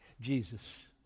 Jesus